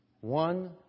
One